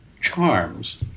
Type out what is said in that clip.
charms